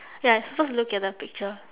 ya you supposed to look at the picture